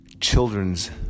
children's